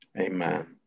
Amen